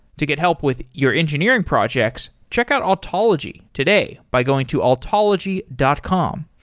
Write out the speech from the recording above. to get help with your engineering projects, check out altology today by going to altology dot com.